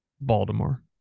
Baltimore